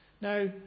Now